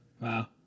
Wow